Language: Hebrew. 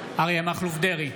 אריה מכלוף דרעי,